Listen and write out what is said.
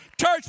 church